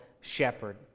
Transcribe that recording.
shepherd